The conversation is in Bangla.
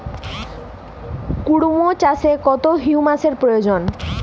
কুড়মো চাষে কত হিউমাসের প্রয়োজন?